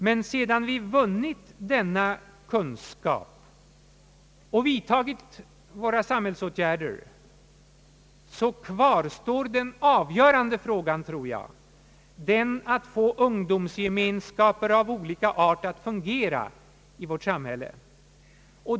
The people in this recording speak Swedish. Men sedan vi vunnit denna kunskap och vidtagit våra samhällsåtgärder, så kvarstår den avgörande frågan: att få ungdomsgemenskaper av olika art att fungera i vårt samhälle.